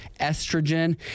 estrogen